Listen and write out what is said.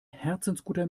herzensguter